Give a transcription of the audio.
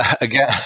again